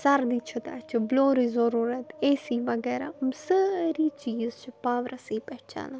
سردی چھِ تہٕ اَسہِ چھِ بُلورٕچ ضٔروٗرتھ اے سی وغیرہ سٲری چیٖز چھِ پاورَسٕے پٮ۪ٹھ چَلان